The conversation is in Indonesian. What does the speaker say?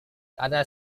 karena